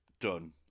Done